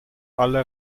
alle